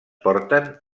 porten